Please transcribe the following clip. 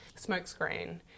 *Smokescreen*